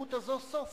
לשרירות הזאת סוף.